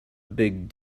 big